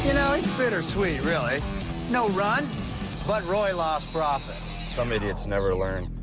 you know it's bittersweet really no run but roy lost profit some idiots never learned